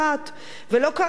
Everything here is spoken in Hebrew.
ולא קרה שום דבר,